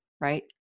right